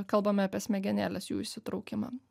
kalbame apie smegenėles jų įsitraukimą